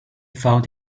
found